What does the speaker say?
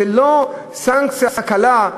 זו לא סנקציה קלה.